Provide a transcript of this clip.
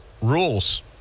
rules